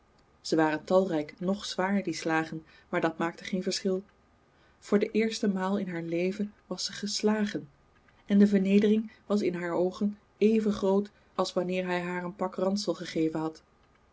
ze waren talrijk noch zwaar die slagen maar dat maakte geen verschil voor de eerste maal in haar leven was ze geslagen en de vernedering was in haar oogen even groot als wanneer hij haar een pak ransel gegeven had